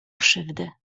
krzywdy